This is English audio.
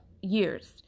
years